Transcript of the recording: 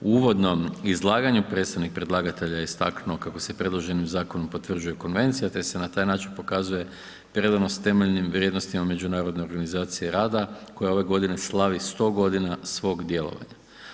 U uvodnom izlaganju predstavnik predlagatelja je istaknuo kako se predloženim zakonom potvrđuje Konvencija te se na taj način pokazuje predanost temeljnim vrijednostima Međunarodne organizacije rada koja ove godine slavi 100 godina svog djelovanja.